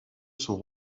sont